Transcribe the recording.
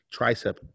tricep